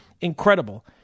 incredible